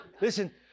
Listen